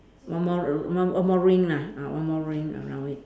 one more r~ more more ring lah ah one more ring around it